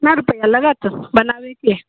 कितना रुपैआ लागत बनाबयके